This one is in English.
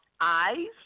eyes